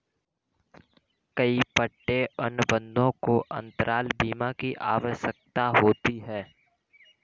कई पट्टे अनुबंधों को अंतराल बीमा की आवश्यकता होती है